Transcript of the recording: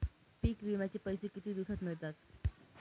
पीक विम्याचे पैसे किती दिवसात मिळतात?